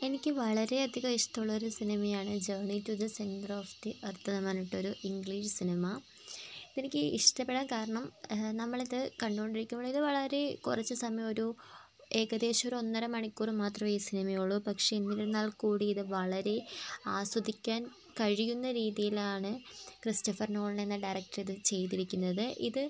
എനിക്ക് വളരെയധികം ഇഷ്ടമുള്ളൊരു സിനിമയാണ് journey to the centre of the earth എന്ന് പറഞ്ഞിട്ടൊരു ഇംഗ്ലീഷ് സിനിമ എനിക്ക് ഇഷ്ടപ്പെടാന് കാരണം നമ്മളത് കണ്ടുകൊണ്ടിരിക്കുമ്പോള് ഇത് വളരെ കുറച്ച് സമയം ഒരു ഏകദേശമൊരു ഒന്നര മണിക്കൂര് മാത്രമേ ഈ സിനിമയുള്ളൂ പക്ഷേ എന്നിരുന്നാൽക്കൂടി ഇത് വളരെ ആസ്വദിക്കാൻ കഴിയുന്ന രീതിയിലാണ് ക്രിസ്റ്റഫർ നോളെന്ന ഡയറക്ടര് ഇത് ചെയ്തിരിക്കുന്നത് ഇത്